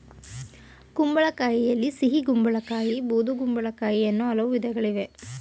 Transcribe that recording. ಕುಂಬಳಕಾಯಿಯಲ್ಲಿ ಸಿಹಿಗುಂಬಳ ಕಾಯಿ ಬೂದುಗುಂಬಳಕಾಯಿ ಅನ್ನೂ ಹಲವು ವಿಧಗಳಿವೆ